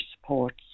supports